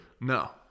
No